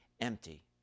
empty